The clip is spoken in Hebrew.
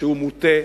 שהוא מוטה,